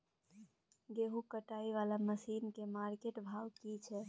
गेहूं कटाई वाला मसीन के मार्केट भाव की छै?